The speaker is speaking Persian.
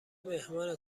مهمان